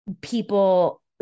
people